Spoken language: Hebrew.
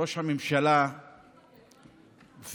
ראש הממשלה ועכשיו